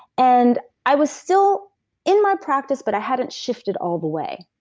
and i was still in my practice, but i hadn't shifted all the way.